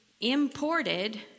imported